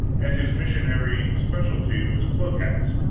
and his missionarying specialty was plug hats.